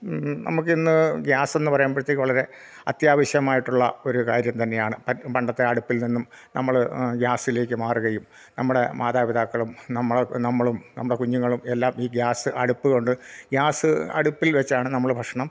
നമുക്ക് ഇന്ന് ഗ്യാസെന്ന് പറയുമ്പോഴത്തേക്ക് വളരെ അത്യാവശ്യമായിട്ടുള്ള ഒരു കാര്യം തന്നെയാണ് പണ്ടത്തെ അടുപ്പിൽ നിന്നും നമ്മള് ഗ്യാസിലേക്ക് മാറുകയും നമ്മുടെ മാതാപിതാക്കളും നമ്മൾ നമ്മളും നമ്മുടെ കുഞ്ഞുങ്ങളും എല്ലാം ഈ ഗ്യാസ് അടുപ്പുകൊണ്ട് ഗ്യാസ് അടുപ്പിൽ വച്ചാണ് നമ്മൾ ഭക്ഷണം